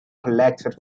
collected